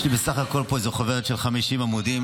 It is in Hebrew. יש לי בסך הכול פה איזה חוברת של 50 עמודים,